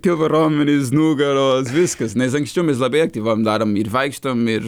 pilvo raumenys nugaros viskas nes anksčiau mes labai aktyvuojam darom ir vaikštom ir